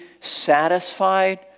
satisfied